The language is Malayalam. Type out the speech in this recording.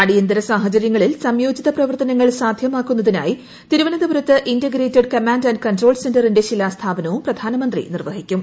അടിയന്തിര സാഹചര്യങ്ങളിൽ സംയോജിത പ്രവർത്തനങ്ങൾ സാധ്യമാക്കുന്നതിനായി തിരുവനന്തപുരത്ത് ഇന്റഗ്രേറ്റഡ് കമാൻഡ് ആന്റ് കൺട്രോൾ സെന്ററിന്റെ ശിലാസ്ഥാപനവും പ്രധാനമന്ത്രി നിർവ്വഹിക്കും